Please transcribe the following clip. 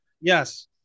Yes